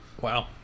Wow